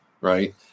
right